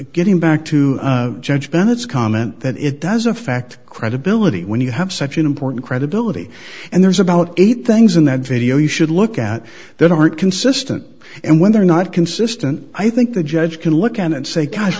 getting back to judge bennett's comment that it does affect credibility when you have such an important credibility and there's about eight things in that video you should look at that aren't consistent and when they're not consistent i think the judge can look at and say gosh